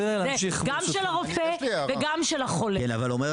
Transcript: גם של הרופא וגם של החולה, עם כל